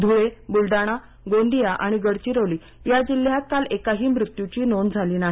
धुळे बुलडाणा गोंदिया आणि गडचिरोली या जिल्ह्यात काल एकाही मृत्यूची नोंद झाली नाही